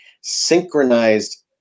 synchronized